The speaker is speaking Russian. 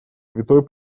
святой